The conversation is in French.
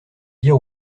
dire